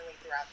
throughout